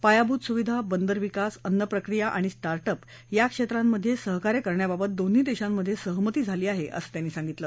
पायाभूत सुविधा बंदर विकास अन्न प्रक्रिया आणि स्टार्ट अप या क्षेत्रांमधे सहकार्य करण्याबाबत दोन्ही देशांमधे सहमती झाली आहे असं त्यांनी सांगितलं